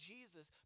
Jesus